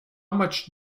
much